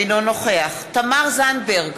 אינו נוכח תמר זנדברג,